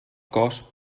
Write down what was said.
cost